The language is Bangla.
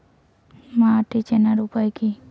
মাটি চেনার উপায় কি?